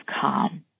calm